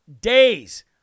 days